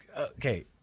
Okay